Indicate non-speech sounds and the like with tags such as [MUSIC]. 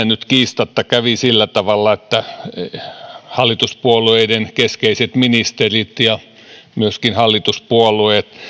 [UNINTELLIGIBLE] nyt kiistatta kävi sillä tavalla hallituspuolueiden keskeiset ministerit ja myöskin hallituspuolueet